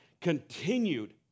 continued